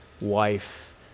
wife